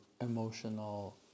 emotional